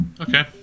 Okay